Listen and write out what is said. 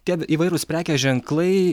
tie įvairūs prekės ženklai